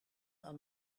aan